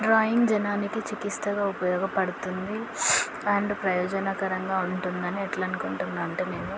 drawing జనానికి చికిత్సగా ఉపయోగపడుతుంది అండ్ ప్రయోజనకరంగా ఉంటుందని ఎట్లనుకుంటున్నా అంటే నేను